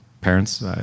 parents